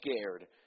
scared